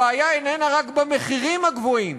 הבעיה איננה רק במחירים הגבוהים,